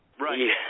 Right